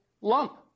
lump